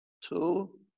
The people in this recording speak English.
two